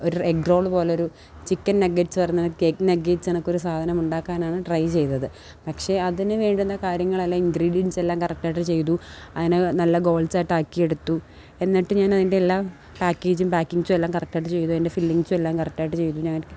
ഒരു egg roll പോലൊരു chicken nuggets എന്ന് പറഞ്ഞൊരു എഗ്ഗ് നാഗേറ്റ്സ് കണക്കൊരു സാധനമുണ്ടാക്കാനാണ് ട്രൈ ചെയ്തത് പക്ഷേ അതിന് വേണ്ടുന്ന കാര്യങ്ങളെല്ലാം ഇൻഗ്രീഡിയൻസെല്ലാം കറക്റ്റായിട്ട് ചെയ്തു അതിനെ നല്ല ബോൾസായിട്ട് ആക്കിയെടുത്തു എന്നിട്ട് ഞാൻ അതിൻ്റെ എല്ലാ പാക്കേജും പാക്കിങ്ങ്സും എല്ലാം കറക്റ്റായിട്ട് ചെയ്തു അതിൻ്റെ ഫില്ലിങ്ങ്സും എല്ലാം കറക്റ്റായിട്ട് ചെയ്തു ഞാൻ